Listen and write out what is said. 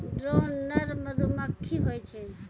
drone नर मधुमक्खी होय छै